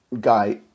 guy